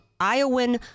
iowan